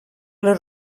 les